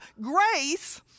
grace